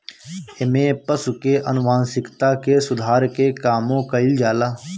एमे पशु के आनुवांशिकता के सुधार के कामो कईल जाला